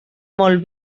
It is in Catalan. molt